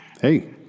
Hey